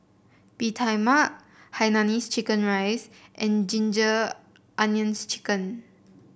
Bee Tai Mak Hainanese Chicken Rice and Ginger Onions chicken